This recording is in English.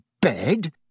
bed